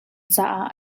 caah